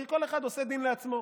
כי כל אחד עושה דין לעצמו.